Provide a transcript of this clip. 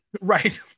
Right